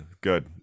Good